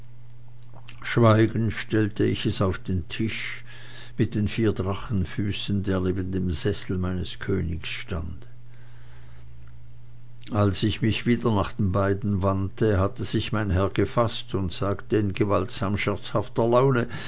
schweigend stellte ich es auf den tisch mit den vier drachenfüßen der neben dem sessel meines königs stand als ich mich wieder nach den beiden wandte hatte sich mein herr gefaßt und sagte in gewaltsam scherzhafter laune